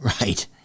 right